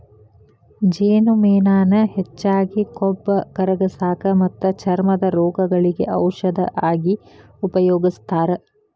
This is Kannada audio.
ಜೇನುಮೇಣಾನ ಹೆಚ್ಚಾಗಿ ಕೊಬ್ಬ ಕರಗಸಾಕ ಮತ್ತ ಚರ್ಮದ ರೋಗಗಳಿಗೆ ಔಷದ ಆಗಿ ಉಪಯೋಗಸ್ತಾರ